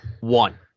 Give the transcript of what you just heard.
one